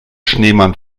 schneemann